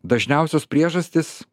dažniausios priežastys